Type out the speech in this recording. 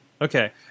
Okay